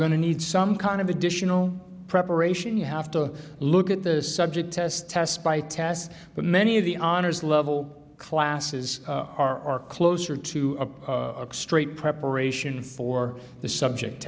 going to need some kind of additional preparation you have to look at the subject test test by test but many of the honors level classes are are closer to a straight preparation for the subject